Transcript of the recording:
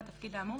שנייה אסביר,